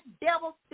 devil